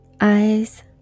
eyes